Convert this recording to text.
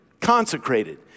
consecrated